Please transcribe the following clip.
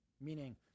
Meaning